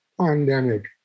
pandemic